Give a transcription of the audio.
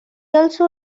also